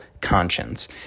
conscience